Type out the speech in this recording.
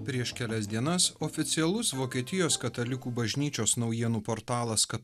prieš kelias dienas oficialus vokietijos katalikų bažnyčios naujienų portalas